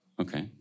Okay